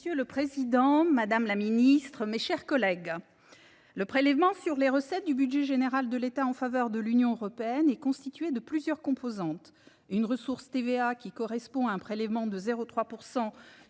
Monsieur le président, madame la secrétaire d’État, mes chers collègues, le prélèvement sur les recettes (PSR) du budget général de l’État en faveur de l’Union européenne est constitué de plusieurs composantes : une ressource TVA, qui correspond à un prélèvement de 0,3